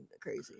crazy